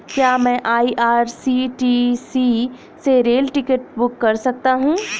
क्या मैं आई.आर.सी.टी.सी से रेल टिकट बुक कर सकता हूँ?